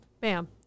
bam